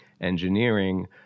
engineering